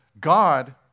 God